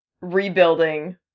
rebuilding